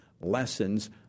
lessons